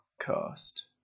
cast